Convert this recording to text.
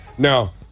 Now